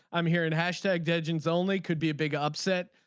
i'm here in hashtag engines only. could be a big upset.